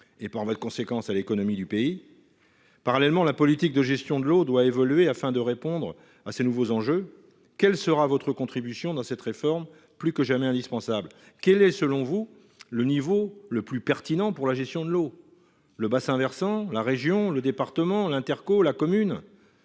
et, par voie de conséquence, pour l'économie du pays ? Parallèlement, la politique de gestion de l'eau doit évoluer afin de répondre à ces nouveaux enjeux. Madame la secrétaire d'État, quelle sera votre contribution dans cette réforme plus que jamais indispensable ? Quel est, selon vous, le niveau le plus pertinent pour la gestion de l'eau : le bassin versant, la région, le département, l'intercommunalité, la commune ?